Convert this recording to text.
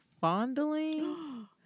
fondling